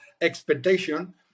expectation